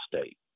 state